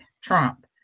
Trump